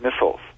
missiles